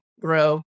grow